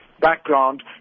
background